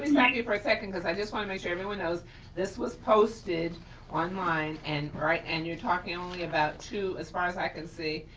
me stop you for a second cause i just want to make sure everyone knows this was posted online, and right? and you're talking only about two as far as i can see,